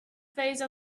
phase